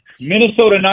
Minnesota